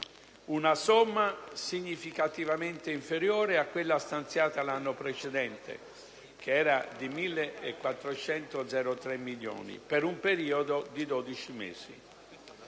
Una somma significativamente inferiore a quella stanziata l'anno precedente (1.403 milioni) per un periodo di 12 mesi.